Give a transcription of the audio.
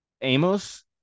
Amos